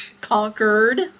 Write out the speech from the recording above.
Conquered